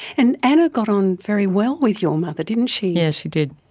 and anna got on very well with your mother, didn't she. yes, she did.